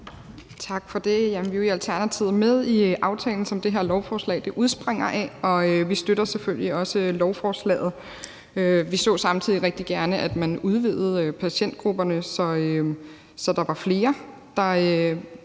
Tak for det. Vi er jo i Alternativet med i aftalen, som det her lovforslag udspringer af, og vi støtter selvfølgelig også lovforslaget. Vi så samtidig rigtig gerne, at man udvidede patientgrupperne, så der var flere, der